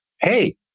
hey